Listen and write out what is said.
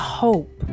hope